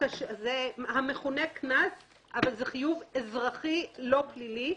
המכוּנה קנס אבל זה חיוב אזרחי לא פלילי,